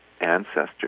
ancestors